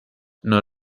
non